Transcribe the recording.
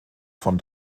von